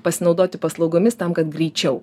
pasinaudoti paslaugomis tam kad greičiau